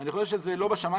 אני חושב שזה לא בשמים,